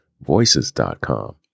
voices.com